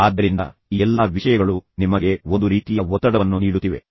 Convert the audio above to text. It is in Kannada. ಆದ್ದರಿಂದ ಈ ಎಲ್ಲಾ ವಿಷಯಗಳು ನಿಮಗೆ ಒಂದು ರೀತಿಯ ಒತ್ತಡವನ್ನು ನೀಡುತ್ತಿವೆ